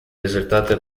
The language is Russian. результаты